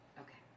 Okay